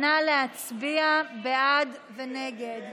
נא להצביע, בעד ונגד.